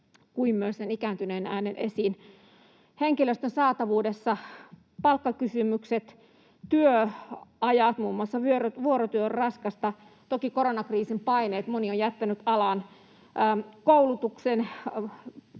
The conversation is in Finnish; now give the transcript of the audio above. kuin myös saamme ikääntyneen äänen esiin. Henkilöstön saatavuudessa: Palkkakysymykset, työajat — muun muassa vuorotyö on raskasta — toki koronakriisin paineet — moni on jättänyt alan — lisäkoulutuksen